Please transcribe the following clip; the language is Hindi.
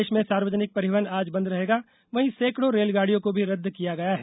प्रदेश में सार्वजनिक परिवहन आज बंद रहेगा वहीं सेंकड़ो रेल गाडियों को भी रद्द किया गया है